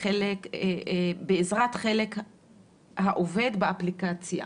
חלק העובד באפליקציה,